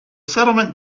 settlement